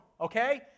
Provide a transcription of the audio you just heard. okay